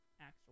actual